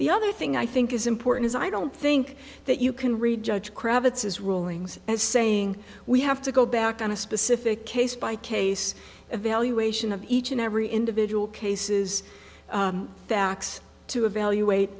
the other thing i think is important is i don't think that you can read judge cravats as rulings as saying we have to go back on a specific case by case evaluation of each and every individual cases facts to evaluate